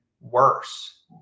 worse